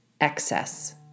excess